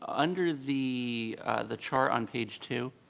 under the the chart on page two,